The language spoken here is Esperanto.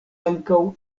ankaŭ